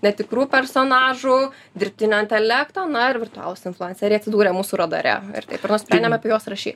netikrų personažų dirbtinio intelekto na ir virtualūs influenceriai atsidūrė mūsų radare taip ir nusprendėm apie juos rašy